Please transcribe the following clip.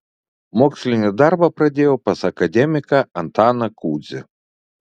mokslinį darbą pradėjau pas akademiką antaną kudzį